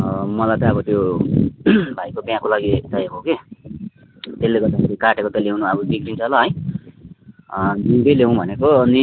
मलाई चाहिँ अब त्यो भाइको बिहाको लागि चाहिएको कि त्यसले गर्दाखेरि काटेको त ल्याउनु अब बिग्रिन्छ होला है जिउँदै ल्याउँ भनेको अनि